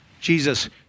Jesus